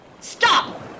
stop